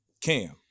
Cam